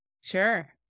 Sure